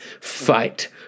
fight